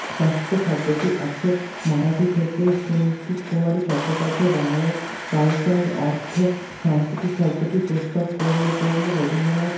সংস্কৃত শব্দটি আছে মারাঠি থেকে সুনীতিকুমার চট্টোপাধ্যায় বাংলায় কালচার অর্থে সাংস্কৃতিক শব্দটি প্রস্তাব করলে করলে রবীন্দ্রনাথ